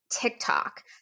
TikTok